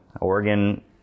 oregon